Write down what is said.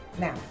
now,